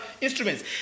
instruments